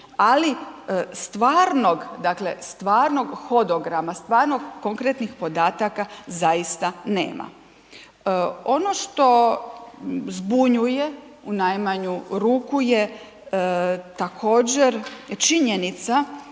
ali stvarnog, dakle stvarnog hodograma, stvarnih konkretnih podataka zaista nema. Ono što zbunjuje u najmanju ruku je također činjenica